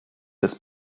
des